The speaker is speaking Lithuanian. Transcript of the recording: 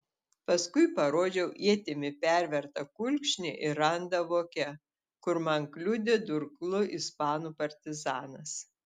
paskui parodžiau ietimi pervertą kulkšnį ir randą voke kur man kliudė durklu ispanų partizanas